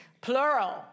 plural